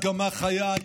הדגמה חיה,